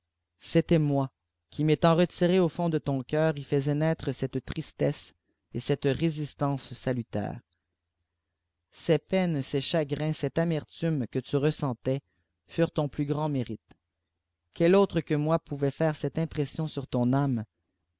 c'était moi qui m'étant retiré au fond de ton cœur y faisais naître cette tristesse et cette résistance salutaire ces peines ces chagrins cette amertume que tii ressentais furent ton plus grand mérite quel autre que mm pouvait faire cette impression sur ton âme